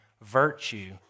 virtue